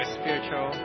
spiritual